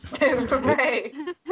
right